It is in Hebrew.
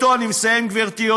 אני מסיים, גברתי.